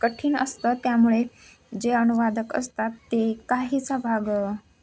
कठीण असतं त्यामुळे जे अनुवादक असतात ते काहीचा भाग